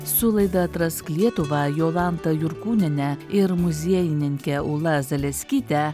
su laida atrask lietuvą jolanta jurkūniene ir muziejininke ula zaleskyte